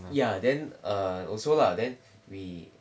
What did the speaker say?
ya then err also lah then we